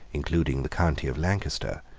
including the county of lancaster,